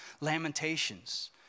lamentations